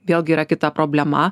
vėlgi yra kita problema